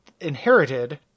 inherited